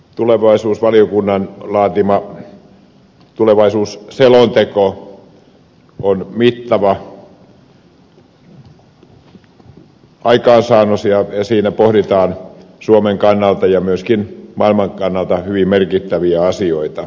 tulevaisuusvaliokunnan laatima tulevaisuusselonteko on mittava aikaansaannos ja siinä pohditaan suomen kannalta ja myöskin maailman kannalta hyvin merkittäviä asioita